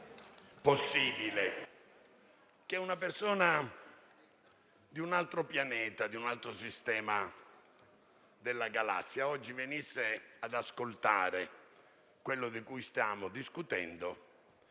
possibile che una persona di un altro pianeta, di un altro sistema della galassia, oggi venisse ad ascoltare quello di cui stiamo discutendo,